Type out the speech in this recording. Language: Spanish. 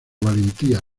valentía